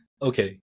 Okay